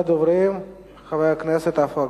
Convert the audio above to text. חבר הכנסת עפו